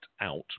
out